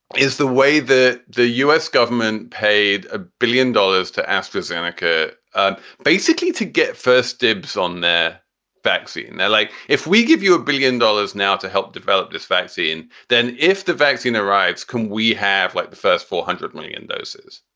is the way that the u s. government paid a billion dollars to astrazeneca and basically to get first dibs on the vaccine. they're like, if we give you a billion dollars now to help develop this vaccine, then if the vaccine arrives, can we have like the first four hundred million doses?